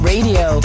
Radio